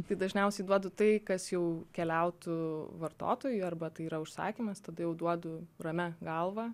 tai dažniausiai duodu tai kas jau keliautų vartotojui arba tai yra užsakymas tada jau duodu ramia galva